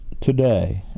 today